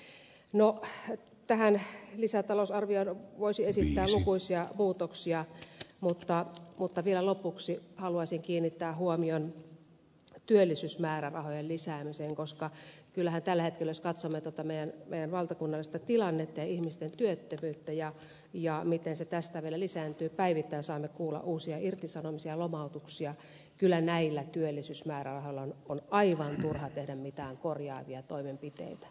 no tähän lisätalousarvioon voisi esittää lukuisia muutoksia mutta vielä lopuksi haluaisin kiinnittää huomion työllisyysmäärärahojen lisäämiseen koska kyllähän tällä hetkellä jos katsomme tuota meidän valtakunnallista tilannetta ja ihmisten työttömyyttä ja miten se tästä vielä lisääntyy päivittäin saamme kuulla uusia irtisanomisia lomautuksia näillä työllisyysmäärärahoilla on aivan turha tehdä mitään korjaavia toimenpiteitä